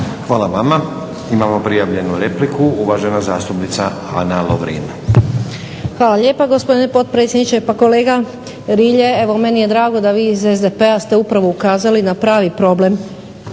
Hvala vama. Imamo prijavljenu repliku. Uvažena zastupnica Ana Lovrin. **Lovrin, Ana (HDZ)** Hvala lijepa, gospodine potpredsjedniče. Pa kolega Rilje, evo meni je drago da vi iz SDP-a ste upravo ukazali na pravi problem